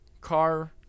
car